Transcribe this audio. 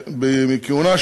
מכהונה,